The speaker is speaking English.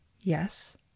Yes